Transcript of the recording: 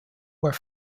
were